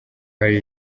hari